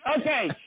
okay